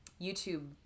youtube